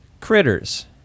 Critters